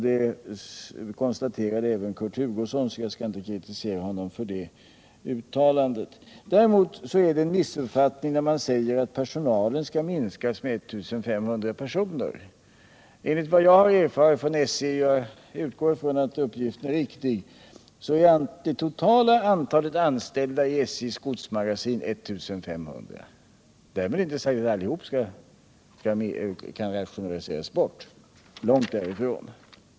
Det konstaterade även Kurt Hugosson, varför jag inte skall kritisera ho nom för det uttalandet. Däremot är det en missuppfattning när man säger att personalen skall minskas med 1 500 personer. Enligt vad jag erfarit från SJ — jag utgår från att uppgiften är riktig — är det totala antalet anställda i SJ:s godsmagasin 1500. Därmed inte sagt att alla skall rationaliseras bort, långt därifrån!